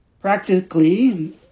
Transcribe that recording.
Practically